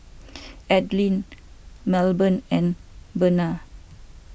Adline Melbourne and Bena